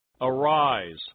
Arise